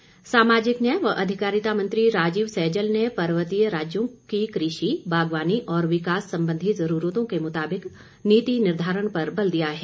सैजल सामाजिक न्याय व अधिकारिता मंत्री राजीव सैजल ने पर्वतीय राज्यों की कृषि बागवानी और विकास संबंधी जरूरतों के मुताबिक नीति निर्धारण पर बल दिया है